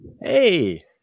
Hey